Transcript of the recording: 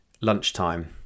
lunchtime